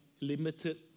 limited